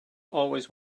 always